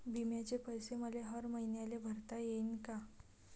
बिम्याचे पैसे मले हर मईन्याले भरता येईन का?